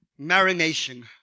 marination